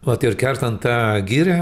plati ir kertant tą girią